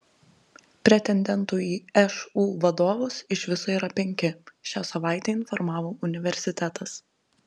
pretendentų į šu vadovus iš viso yra penki šią savaitę informavo universitetas